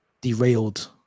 derailed